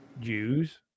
Jews